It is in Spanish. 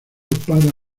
para